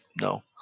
no